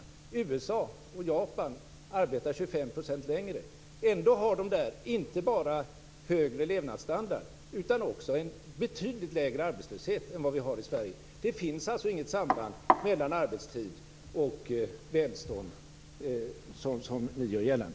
I USA och Japan arbetar man 25 % längre tid. Ändå har de där inte bara högre levnadsstandard utan också en betydligt lägre arbetslöshet än vi har i Sverige. Det finns alltså inget samband mellan arbetstid och välstånd, som ni gör gällande.